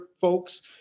folks